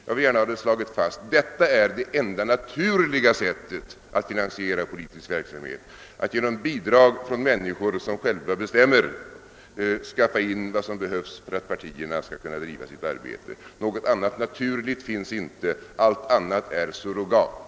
Jag vill gärna ha fastslaget att det enda naturliga sättet att finansiera politisk verksamhet är att genom bidrag från människor som själva bestämmer skaffa in vad som behövs för att partierna skall kunna driva sitt arbete. Något annat »naturligt» finns inte. Allt annat är surrogat.